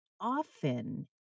often